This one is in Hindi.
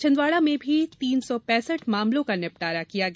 छिंदवाड़ा में भी तीन सौ पैसठ मामलों का निपटारा किया गया